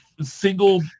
single